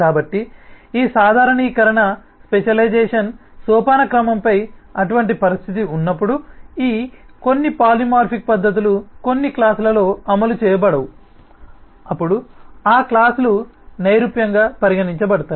కాబట్టి ఈ సాధారణీకరణ స్పెషలైజేషన్ సోపానక్రమంపై అటువంటి పరిస్థితి ఉన్నప్పుడు ఈ కొన్ని పాలిమార్ఫిక్ పద్ధతులు కొన్ని క్లాస్ లలో అమలు చేయబడవు అప్పుడు ఆ క్లాస్ లు నైరూప్యంగా పరిగణించబడతాయి